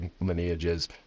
lineages